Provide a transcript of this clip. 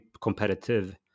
competitive